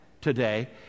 today